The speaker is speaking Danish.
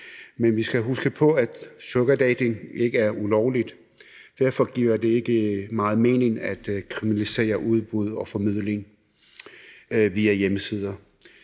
Men vi skal huske på, at sugardating ikke er ulovligt. Derfor giver det ikke meget mening at kriminalisere udbud og formidling via hjemmesider.